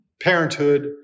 Parenthood